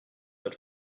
but